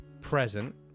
present